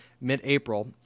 mid-April